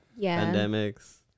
pandemics